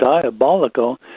diabolical